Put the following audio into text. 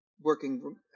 working